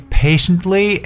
patiently